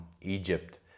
Egypt